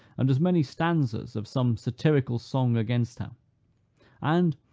and as many stanzas of some satirical song against her and,